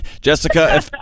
Jessica